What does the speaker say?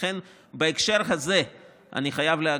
לכן, בהקשר הזה אני חייב להגיד,